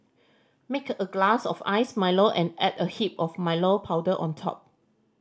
make a glass of iced Milo and add a heap of Milo powder on top